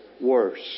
Worse